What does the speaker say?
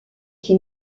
qui